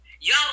Y'all